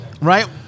Right